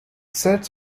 sits